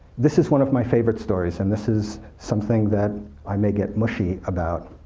this is one of my favorite stories, and this is something that i may get mushy about.